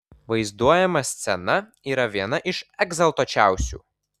vaizduojama scena yra viena iš egzaltuočiausių